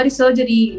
surgery